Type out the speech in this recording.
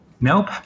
Nope